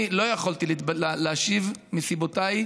אני לא יכולתי להשיב מסיבותיי,